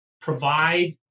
provide